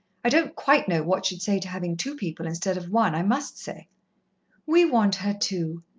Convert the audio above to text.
i don't quite know what she'd say to having two people instead of one, i must say we want her, too,